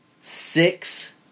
six